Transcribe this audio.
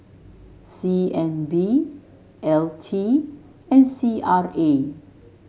C N B L T and C R A